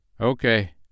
Okay